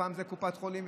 ופעם זה קופת חולים,